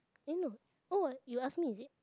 eh no oh what you ask me is it